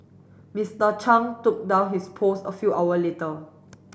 Mister Chung took down his post a few hour later